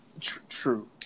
True